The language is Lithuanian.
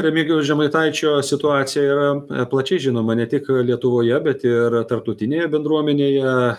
remigijaus žemaitaičio situacija yra plačiai žinoma ne tik lietuvoje bet ir tarptautinėje bendruomenėje